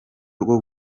rwo